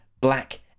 black